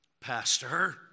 Pastor